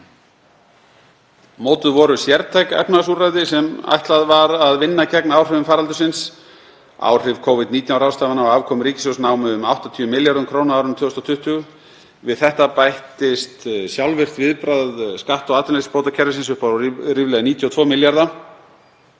Mótuð voru sértæk efnahagsúrræði sem ætlað var að vinna gegn áhrifum faraldursins. Áhrif Covid-19 ráðstafana á afkomu ríkissjóð námu um 80 milljörðum kr. á árinu 2020. Við þetta bættist sjálfvirkt viðbragð skatt- og atvinnuleysisbótakerfisins upp á ríflega 92 milljarða